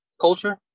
culture